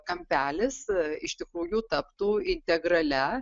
kampelis iš tikrųjų taptų integralia